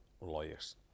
lawyers